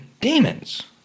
demons